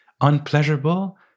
unpleasurable